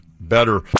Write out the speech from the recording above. better